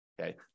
okay